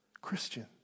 Christian